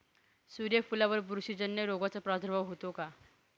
सूर्यफुलावर बुरशीजन्य रोगाचा प्रादुर्भाव होतो का?